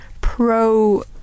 pro